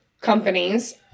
companies